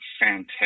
fantastic